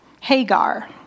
Hagar